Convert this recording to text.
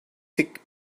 thick